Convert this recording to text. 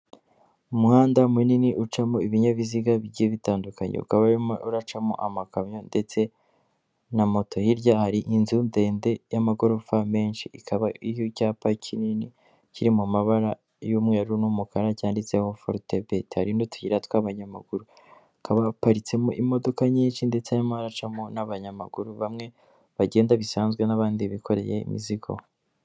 Umuhanda munini ucamo ibinyabiziga bijye bitandukanye, ukaba urimo uracamo amakamyo ndetse na moto, hirya hari inzu ndende y'amagorofa menshi ikaba iriho icyapa kinini kiri mu mabara y'umweru n'umukara cyanditseho forutebe, hari n'utuyi tw'abanyamaguru hakaba haparitsemo imodoka nyinshi ndetse hamaracamo n'abanyamaguru bamwe bagenda bisanzwe n'abandi bikoreye imizigo.